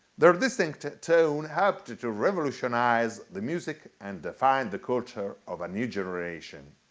their distinct tone helped to to revolutionize the music and define the culture of a new generation.